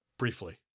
Briefly